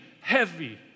heavy